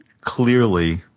clearly